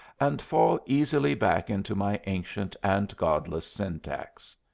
and fall easily back into my ancient and godless syntax.